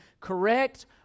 correct